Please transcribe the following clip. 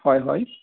হয় হয়